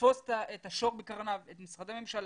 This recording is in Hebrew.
לתפוס את השור בקרניו את משרדי הממשלה,